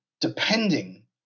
depending